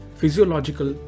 physiological